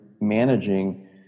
managing